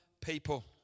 people